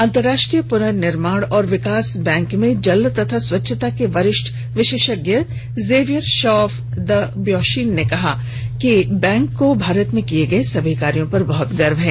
अंतरराष्ट्रीय पुनर्निर्माण एवं विकास बैंक में जल और स्वच्छता के वरिष्ठ विशेषज्ञ जेवियर शॉव द ब्यॉशीन ने कहा कि बैंक को भारत में किए गए सभी कार्यो पर बहत गर्व है